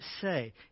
say